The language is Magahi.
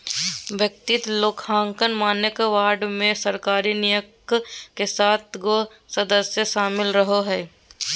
वित्तीय लेखांकन मानक बोर्ड मे सरकारी निकाय के सात गो सदस्य शामिल रहो हय